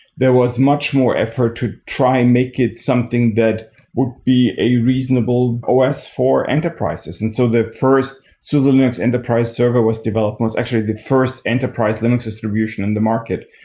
there was much more effort to try and make it something that would be a reasonable os for enterprises. and so the first suse linux enterprise server was developed was actually the first enterprise linux distribution in the market.